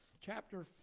chapter